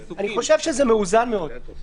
אני חושב שזה מאוזן מאוד.